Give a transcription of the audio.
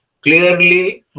clearly